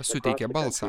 suteikė balsą